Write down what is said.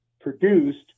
produced